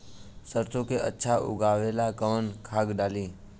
सरसो के अच्छा उगावेला कवन खाद्य डाली?